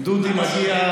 אם דודי מגיע,